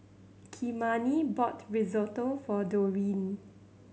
Kymani bought Risotto for Dorine